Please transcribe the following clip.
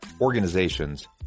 organizations